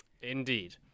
Indeed